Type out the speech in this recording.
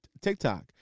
TikTok